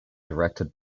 directed